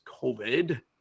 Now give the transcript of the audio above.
COVID